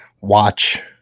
watch